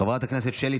חברת הכנסת שרון ניר,